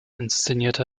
inszenierte